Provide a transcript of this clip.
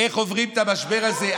איך עוברים את המשבר הזה.